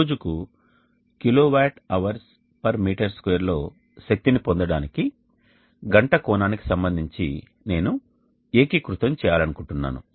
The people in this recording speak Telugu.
రోజుకు kWhm2 లో శక్తిని పొందడానికి గంట కోణానికి సంబంధించి నేను ఏకీకృతం చేయాలనుకుంటున్నాను